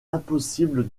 impossible